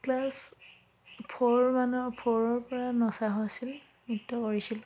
class four মানৰ ফ'ৰৰপৰা নচা হৈছিল নৃত্য কৰিছিলোঁ